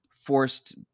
forced